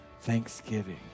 thanksgiving